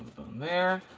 there.